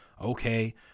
Okay